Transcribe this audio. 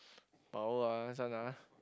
power ah this one ah